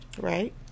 right